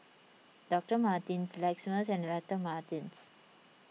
Doctor Martens Lexus and Doctor Martens